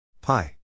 pi